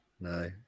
No